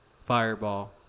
Fireball